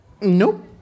Nope